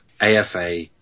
AFA